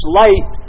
light